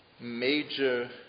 major